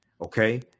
Okay